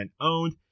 owned